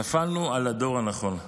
נפלנו על הדור הנכון.